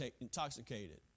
intoxicated